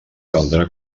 caldrà